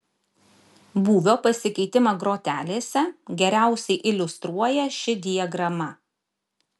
būvio pasikeitimą grotelėse geriausiai iliustruoja ši diagrama